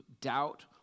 doubt